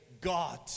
God